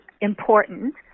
important